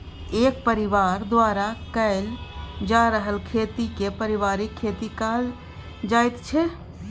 एक परिबार द्वारा कएल जा रहल खेती केँ परिबारिक खेती कहल जाइत छै